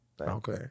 Okay